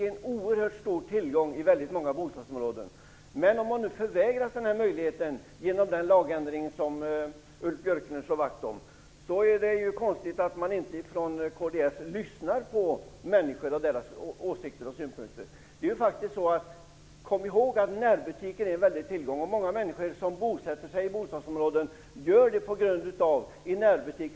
Den lagändring som Ulf Björklund slår vakt om kan komma att innebära att dessa grupper förvägras den här möjligheten att föra fram sina synpunkter, och det är märkligt att man inom kds inte lyssnar på människors åsikter och synpunkter. Kom ihåg att närbutiken är en väldig tillgång! Många människor bosätter sig i ett visst område för att kunna ha gångavstånd till en närbutik.